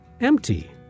empty